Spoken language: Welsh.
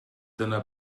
dyna